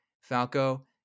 Falco